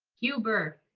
huber.